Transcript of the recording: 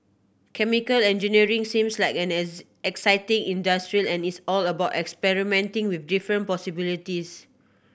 chemical engineering seems like an exciting industry as it's about experimenting with different possibilities